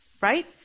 Right